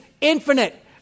infinite